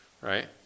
Right